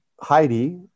Heidi